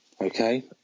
Okay